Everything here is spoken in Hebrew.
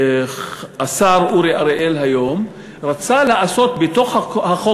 השר אורי אריאל היום רצה לעשות בתוך החוק